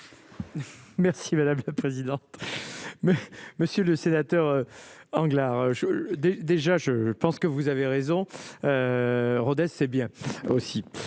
Merci madame la présidente, mais, Monsieur le Sénateur, Angela je des déjà je pense que vous avez raison, Rodez, c'est bien aussi.